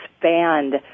expand